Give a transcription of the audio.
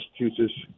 Massachusetts